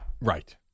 right